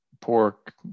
pork